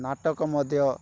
ନାଟକ ମଧ୍ୟ